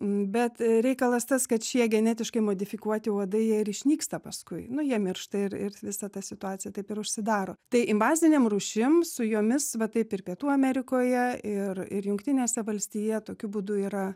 bet reikalas tas kad šie genetiškai modifikuoti uodai jie ir išnyksta paskui nu jie miršta ir ir visa ta situacija taip ir užsidaro tai invazinėm rūšim su jomis va taip ir pietų amerikoje ir ir jungtinėse valstija tokiu būdu yra